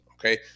okay